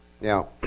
Now